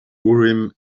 urim